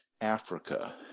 Africa